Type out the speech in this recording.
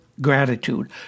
gratitude